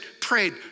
prayed